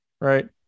right